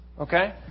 Okay